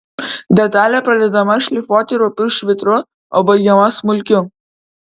detalė pradedama šlifuoti rupiu švitru o baigiama smulkiu